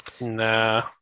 nah